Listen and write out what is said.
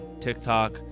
TikTok